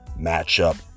matchup